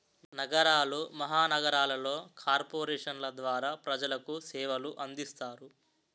నగరాలు మహానగరాలలో కార్పొరేషన్ల ద్వారా ప్రజలకు సేవలు అందిస్తారు